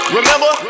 Remember